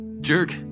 Jerk